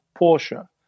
Porsche